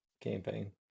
campaign